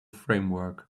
framework